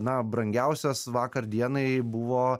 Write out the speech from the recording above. na brangiausias vakar dienai buvo